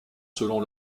selon